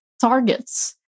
targets